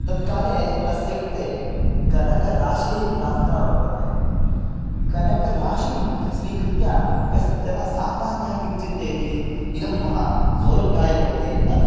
तत्काले तस्य कृते कनकराशिः प्राप्तः वर्तते कनकराशिं स्वीकृत्य कश्चन सामान्यः किं चिन्तयति इदं मम सौलभ्याय भवति अद्